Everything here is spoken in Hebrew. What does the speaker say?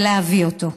ולהביא אותו.